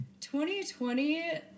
2020